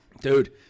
Dude